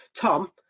Tom